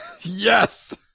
Yes